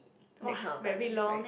!wah! very long eh